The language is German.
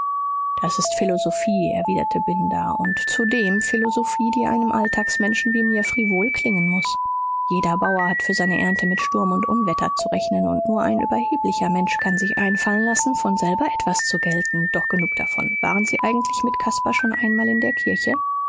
das ist philosophie erwiderte binder und zudem philosophie die einem alltagsmenschen wie mir frivol klingen muß jeder bauer hat für seine ernte mit sturm und unwetter zu rechnen und nur ein überheblicher mensch kann sich einfallen lassen von selber etwas zu gelten doch genug davon waren sie eigentlich mit caspar schon einmal in der kirche